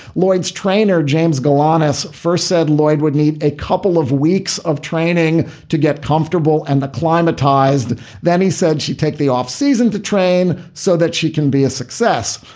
lloyd's trainer james galanos first said lloyd would need a couple of weeks of training to get comfortable and acclimatised. then he said she'd take the offseason to train so that she can be a success.